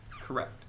Correct